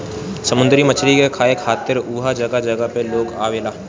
समुंदरी मछरी के खाए खातिर उहाँ जगह जगह से लोग आवेला